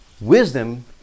wisdom